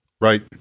Right